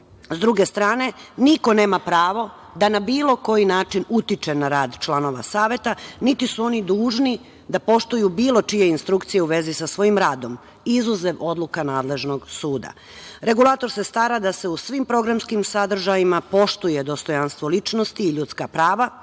druge strane, niko nema pravo da na bilo koji način utiče na rad članova Saveta niti su oni dužni da poštuju bilo čije instrukcije u vezi sa svojim radom, izuzev odluka nadležnog suda. Regulator se stara da se u svim programskim sadržajima poštuje dostojanstvo ličnosti i ljudska prava,